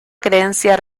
creencia